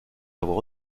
avoir